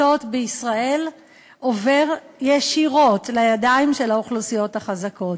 בישראל עובר ישירות לידיים של האוכלוסיות החזקות.